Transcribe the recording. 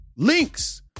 Links